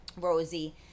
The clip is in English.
Rosie